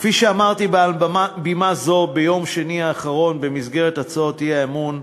כפי שאמרתי מעל בימה זו ביום שני האחרון במסגרת הצעות האי-אמון,